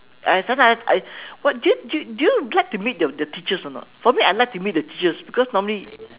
I sometime I what do you do you do you like to meet the your teachers or not for me I like to meet the teachers because normally